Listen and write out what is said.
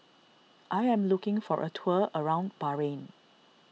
I am looking for a tour around Bahrain